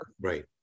Right